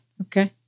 Okay